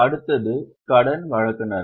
அடுத்தது கடன் வழங்குநர்கள்